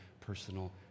personal